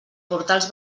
portals